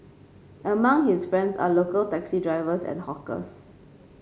among his friends are local taxi drivers and hawkers